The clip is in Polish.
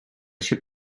chce